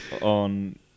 on